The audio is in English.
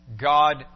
God